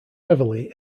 heavily